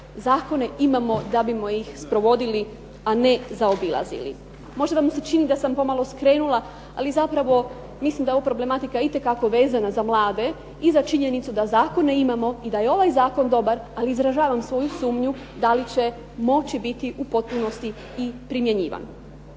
zakone imamo da bismo ih sprovodili, a ne zaobilazili. Možda vam se čini da sam pomalo skrenula, ali zapravo mislim da je ovo problematika koja je itekako vezana za mlade i za činjenicu da zakone imamo i da je ovaj zakon dobar, ali izražavam svoju sumnju da li će moći biti u potpunosti i primjenjivan.